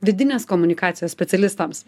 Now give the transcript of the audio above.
vidinės komunikacijos specialistams